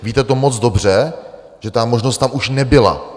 Víte to moc dobře, že ta možnost tam už nebyla.